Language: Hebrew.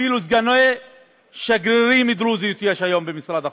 אפילו סגנית שגריר דרוזית יש היום במשרד החוץ.